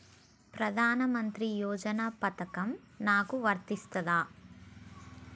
ప్రధానమంత్రి యోజన పథకం నాకు వర్తిస్తదా?